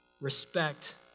Respect